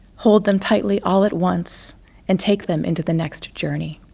hold them tightly all at once and take them into the next journey.